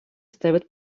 ставят